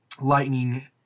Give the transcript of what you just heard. lightning